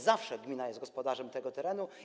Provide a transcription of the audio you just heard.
Zawsze gmina jest gospodarzem tego terenu.